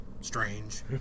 strange